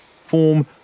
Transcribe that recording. Form